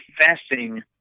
confessing